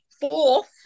fourth